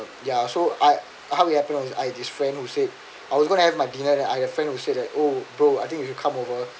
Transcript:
ya so I I how it happen was I this friend who said I was going to have my dinner then I have friend who said oh bro I think you should come over